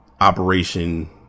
operation